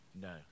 No